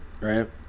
right